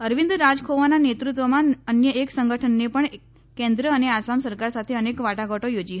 અરવિંદ રાજખોવાના નેતૃત્વમાં અન્ય એક સંગઠનને પણ કેન્દ્ર અને આસામ સરકાર સાથે અનેક વાટાધાટો યોજી હતી